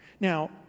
Now